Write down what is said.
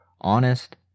honest